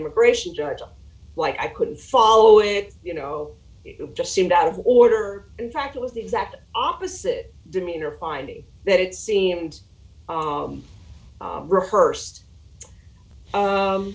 immigration judge like i couldn't follow it you know it just seemed out of order in fact it was the exact opposite demeanor finding that it seemed